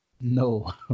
No